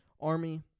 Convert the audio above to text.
Army